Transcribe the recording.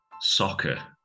soccer